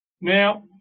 Now